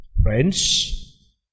Friends